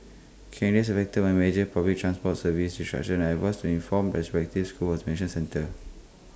candidates affected by major public transport service disruption are advised to inform their respective schools mention centres